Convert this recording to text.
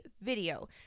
video